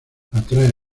atrae